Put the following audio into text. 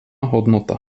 hodnota